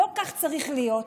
לא כך צריך להיות.